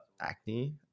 acne